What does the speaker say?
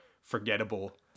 forgettable